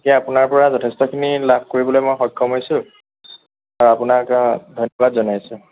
এতিয়া আপোনাৰ পৰা যথেষ্টখিনি লাভ কৰিবলৈ মই সক্ষম হৈছোঁ আপোনাক ধন্যবাদ জনাইছোঁ